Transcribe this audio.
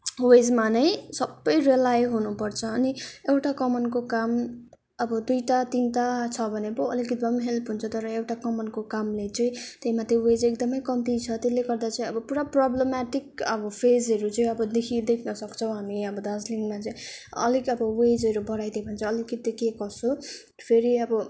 वेजमा नै सबै रेलाइ हुनुपर्छ अनि एउटा कमानको काम अब दुइटा तिनटा छ भने पो अलिकति भए पनि हेल्प हुन्छ तर एउटा कमानको कामले चाहिँ त्यहीमाथि वेज एकदमै कम्ती छ त्यसले गर्दा चाहिँ अब पुरा प्रोब्लोम्याटिक अब फेजहरू चाहिँ अबदेखि देख्न सक्छौँ हामी अब दार्जिलिङमा चाहिँ अलिक अब वेजहरू बढाइदियो भने चाहिँ अलिकति के कसो फेरि अब